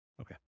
Okay